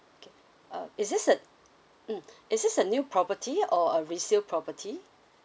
okay uh is this a mm is this a new property or a resale property